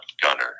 Gunner